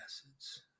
acids